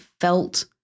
felt